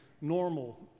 normal